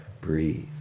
breathe